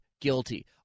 guilty